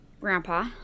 Grandpa